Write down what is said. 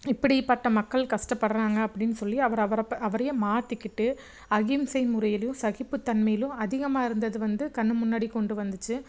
இப்படிப்பட்ட மக்கள் கஸ்டப்படுகிறாங்க அப்படின்னு சொல்லி அவரு அவர ப்ப அவரையே மாத்திக்கிட்டு அகிம்சை முறையிலையும் சகிப்பு தன்மையிலும் அதிகமாக இருந்தது வந்து கண்ணு முன்னாடி கொண்டு வந்துச்சு